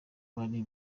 bari